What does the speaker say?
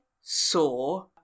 saw